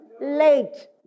late